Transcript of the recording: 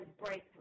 breakthrough